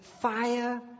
fire